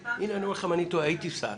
הינה, אני אומר לכם, אני תוהה: הייתי שר,